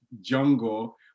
jungle